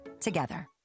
together